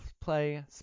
play